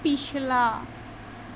पिछला